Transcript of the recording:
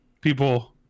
People